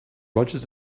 rodgers